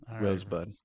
Rosebud